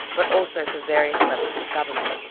but also for various levels of government.